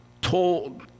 told